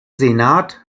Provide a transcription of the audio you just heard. senat